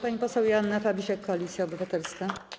Pani poseł Joanna Fabisiak, Koalicja Obywatelska.